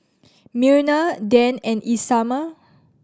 Myrna Dan and Isamar